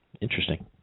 Interesting